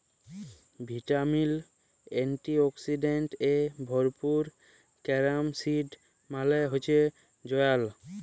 vitamin, antioxidants এ ভরপুর carom seed মালে হচ্যে জয়াল